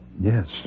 Yes